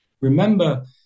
Remember